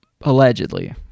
allegedly